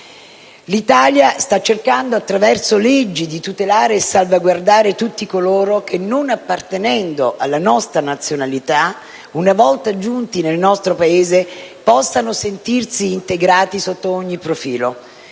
L'Italia sta cercando, attraverso leggi, di tutelare e salvaguardare tutti coloro che, non appartenendo alla nostra nazionalità, una volta giunti nel nostro Paese possano sentirsi integrati sotto ogni profilo,